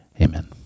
amen